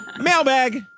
Mailbag